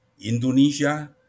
Indonesia